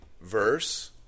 verse